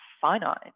finite